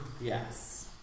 Yes